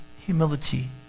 humility